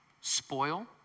spoil